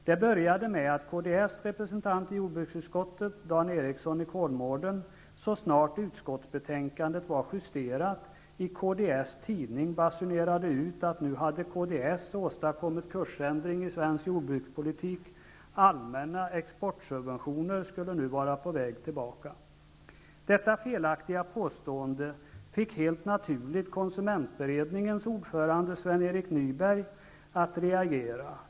Det började med att kds representant i jordbruksutskottet, Dan Ericsson i Kolmården, så snart utskottsbetänkandet var justerat, i kds tidning basunerade ut att nu hade kds åstadkommit kursändring i svensk jordbrukspolitik. Allmänna exportsubventioner skulle nu vara på väg tillbaka. Detta felaktiga påstående fick helt naturligt konsumentberedningens ordförande Sven Erik Nyberg att reagera.